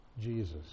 Jesus